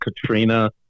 Katrina